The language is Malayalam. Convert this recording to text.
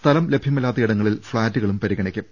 സ്ഥലം ലഭ്യമല്ലാത്ത ഇടങ്ങളിൽ ഫ്ളാറ്റുകളും പരിഗണിക്കും